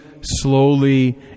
slowly